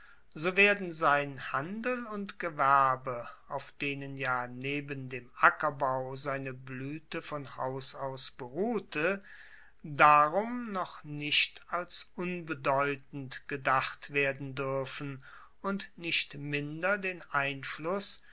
so werden sein handel und gewerbe auf denen ja neben dem ackerbau seine bluete von haus aus beruhte darum noch nicht als unbedeutend gedacht werden duerfen und nicht minder den einfluss